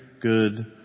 good